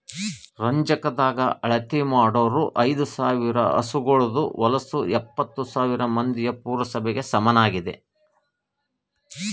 ರಂಜಕದಾಗ್ ಅಳತಿ ಮಾಡೂರ್ ಐದ ಸಾವಿರ್ ಹಸುಗೋಳದು ಹೊಲಸು ಎಪ್ಪತ್ತು ಸಾವಿರ್ ಮಂದಿಯ ಪುರಸಭೆಗ ಸಮನಾಗಿದೆ